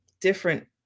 different